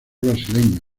brasileño